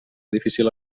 difícil